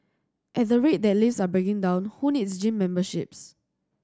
at the rate that lifts are breaking down who needs gym memberships